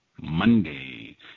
Monday